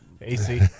AC